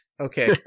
Okay